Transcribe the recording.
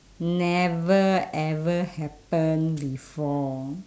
never ever happen before